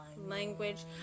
Language